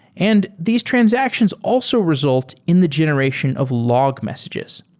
and these transactions also result in the generation of log messages.